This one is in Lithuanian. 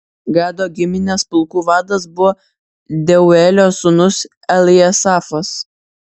gado giminės pulkų vadas buvo deuelio sūnus eljasafas